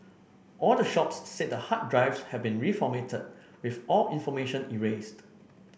all the shops said the hard drives had been reformatted with all information erased